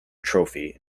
trophy